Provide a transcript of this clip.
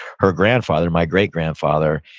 her grandfather, my great grandfather,